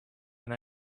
and